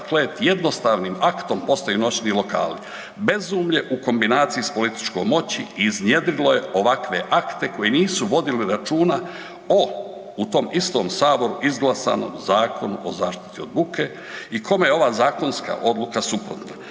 klet jednostavnim aktom postaju noćni lokali. Bezumlje u kombinaciji s političkom moći iznjedrilo je ovakve akte koji nisu vodili računa o u tom istom Saboru izglasanom Zakonu o zaštiti od buke i kome je ova zakonska odluka suprotna.